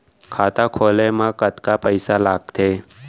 खाता खोले मा कतका पइसा लागथे?